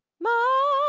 m'ama!